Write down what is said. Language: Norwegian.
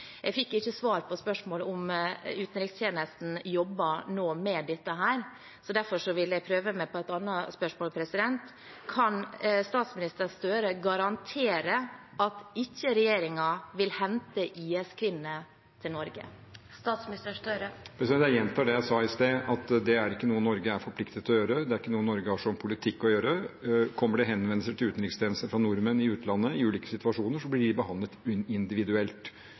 Jeg fikk ikke svar på spørsmålet om utenrikstjenesten nå jobber med dette, så derfor vil jeg prøve meg på et annet spørsmål: Kan statsminister Gahr Støre garantere at regjeringen ikke vil hente IS-kvinner til Norge? Jeg gjentar det jeg sa i sted, at det er ikke noe Norge er forpliktet til å gjøre, det er ikke noe Norge har som politikk å gjøre. Kommer det henvendelser til utenrikstjenesten fra nordmenn i utlandet i ulike situasjoner, blir de behandlet